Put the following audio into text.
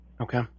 okay